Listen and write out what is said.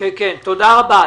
תודה רבה.